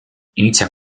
inizia